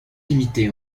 limité